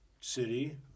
city